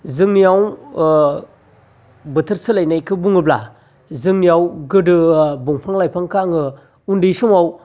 जोंनियाव बोथोर सोलायनायखौ बुङोब्ला जोंनियाव गोदो दंफां लाइफांखौ आङो उन्दै समाव